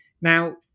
Now